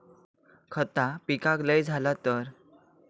खता पिकाक लय झाला तर?